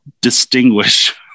distinguish